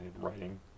writing